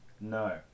No